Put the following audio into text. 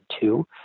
two